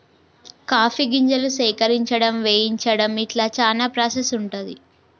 coffee గింజలు సేకరించడం వేయించడం ఇట్లా చానా ప్రాసెస్ ఉంటది